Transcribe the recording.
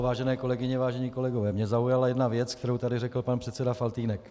Vážené kolegyně, vážení kolegové, mě zaujala jedna věc, kterou tady řekl pan předseda Faltýnek.